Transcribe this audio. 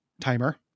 timer